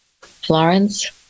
Florence